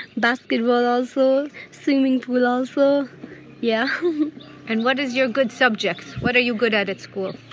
basketball also, swimming pool also. yeah and what is your good subject? what are you good at at school?